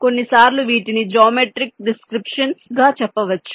కొన్నిసార్లు వీటిని geometric descriptions గా చెప్పవచ్చు